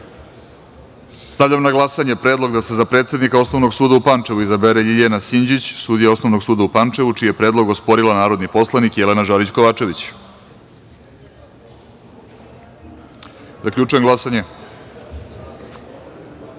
na glasanje Predlog da se za predsednika Osnovnog suda u Pančevu, izabere Ljiljana Sinđić, sudija Osnovnog suda u Pančevu, čiji je predlog osporila narodni poslanik Jelena Žarić Kovačević. Zaključujem glasanje. Ukupno